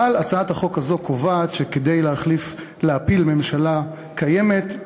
והצעת החוק הזו קובעת שכדי להפיל ממשלה קיימת,